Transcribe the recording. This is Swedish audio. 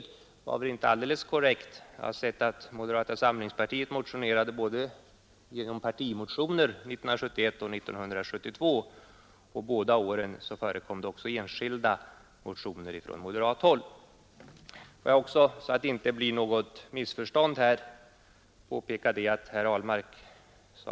Det var väl inte alldeles korrekt. Moderata samlingspartiet hade partimotioner i ärendet 1971 och 1972, och båda dessa år förekom det också enskilda motioner från moderat håll. Herr Ahlmark sade vidare att jag hade anfört exempel på godtycke i presstödsnämnden.